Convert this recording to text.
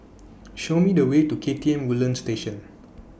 Show Me The Way to K T M Woodlands Station